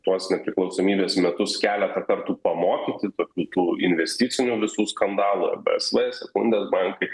tuos nepriklausomybės metus keleta kartų pamokyti tokių tų investicinių visų skandalų ebsv sekundės bankai